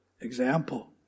example